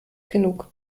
genug